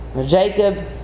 Jacob